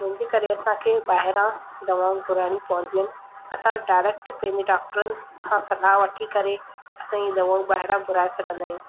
जंहिंजे करे असांखे ॿाहिरा दवाऊं घुराइणी पवंदियूं आहिनि असां डायरेक्ट पंहिंजे डॉक्टरनि सां सलाहु वठी करे असांजी दवाऊं ॿाहिरा घुराए सघंदा आहियूं